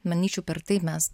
manyčiau per tai mes